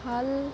ভাল